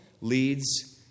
leads